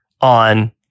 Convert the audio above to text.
on